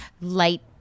light